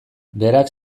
berak